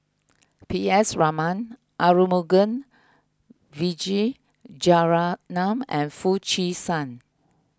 P S Raman Arumugam Vijiaratnam and Foo Chee San